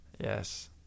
Yes